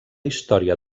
història